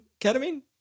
ketamine